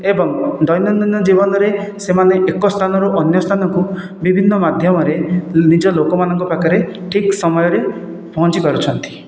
ଏବଂ ଦୈନନ୍ଦିନ ଜୀବନରେ ସେମାନେ ଏକ ସ୍ଥାନରୁ ଅନ୍ୟ ସ୍ଥାନକୁ ବିଭିନ୍ନ ମାଧ୍ୟମରେ ନିଜ ଲୋକମାନଙ୍କ ପାଖରେ ଠିକ ସମୟରେ ପହଞ୍ଚି ପାରୁଛନ୍ତି